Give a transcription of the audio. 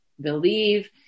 believe